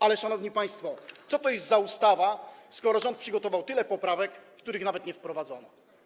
Ale, szanowni państwo, co to jest za ustawa, skoro rząd przygotował tyle poprawek, których nawet nie wprowadzono?